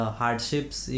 hardships